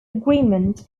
agreement